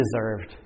deserved